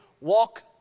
walk